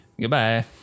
goodbye